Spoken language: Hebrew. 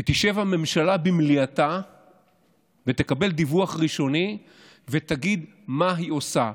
ותשב הממשלה במליאתה ותקבל דיווח ראשוני ותגיד מה היא עושה,